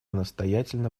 настоятельно